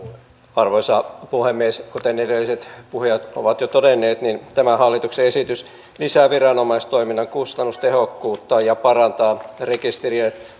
arvoisa puhemies kuten edelliset puhujat ovat jo todenneet tämä hallituksen esitys lisää viranomaistoiminnan kustannustehokkuutta ja parantaa